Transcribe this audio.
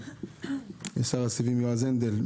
שר הסיבים יועז הנדל,